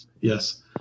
yes